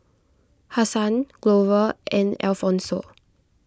Hassan Glover and Alfonso